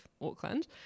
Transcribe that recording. Auckland